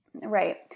right